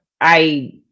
I